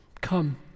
Come